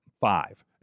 five